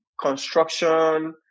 construction